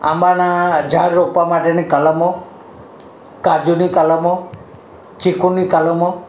આંબાનાં ઝાડ રોપવા માટેની કલમો કાજુની કલમો ચીકુની કલમો